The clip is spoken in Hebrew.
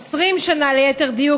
20 שנה ליתר דיוק,